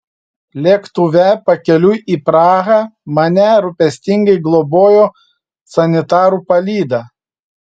lėktuve pakeliui į prahą mane rūpestingai globojo sanitarų palyda